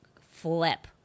flip